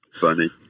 funny